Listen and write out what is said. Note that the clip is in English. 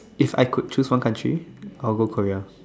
if I could choose one country I would go Korea